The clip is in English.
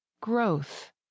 growth